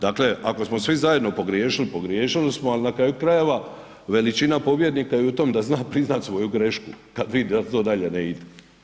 Dakle, ako smo svi zajedno pogriješili, pogriješili smo, ali na kraju krajeva, veličina pobjednika je u tom da zna priznati svoju grešku kad vide da to dalje ne ide.